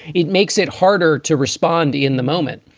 it makes it harder to respond in the moment.